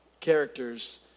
characters